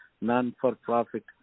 non-for-profit